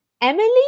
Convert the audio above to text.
Emily